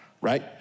Right